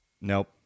Nope